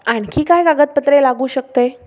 आणखी काय कागदपत्रे लागू शकते